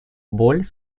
боль